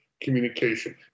communication